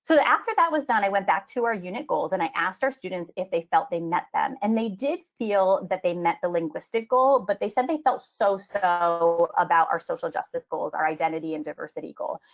so after that was done, i went back to our unit goals and i asked our students if they felt they met them and they did feel that they met the linguistical. but they said they felt so so about our social justice goals, our identity and diversity goal.